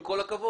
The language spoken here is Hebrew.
עם כל הכבוד.